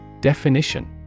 Definition